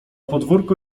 podwórko